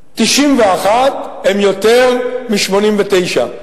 91 זה יותר מ-89.